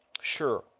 Sure